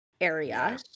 area